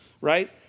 right